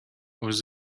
was